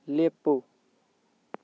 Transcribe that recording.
ꯂꯦꯞꯄꯨ